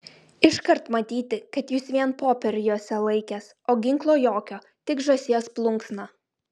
iškart matyti kad jūs vien popierių jose laikęs o ginklo jokio tik žąsies plunksną